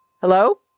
hello